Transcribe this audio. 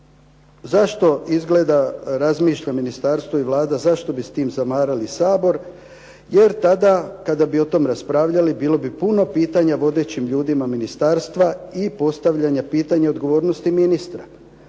zašto izgleda razmišlja ministarstvo i Vlada, zašto bi s tim zamarali Sabor jer tada kada bi o tom raspravljali, bilo bi puno pitanja vodećim ljudima ministarstva i postavljanja pitanja odgovornosti ministra